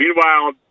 Meanwhile